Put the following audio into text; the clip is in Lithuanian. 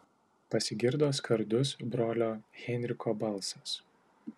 pasigirdo skardus brolio heinricho balsas